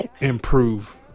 improve